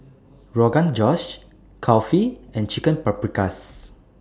Rogan Josh Kulfi and Chicken Paprikas